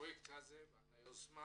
הפרויקט והיוזמה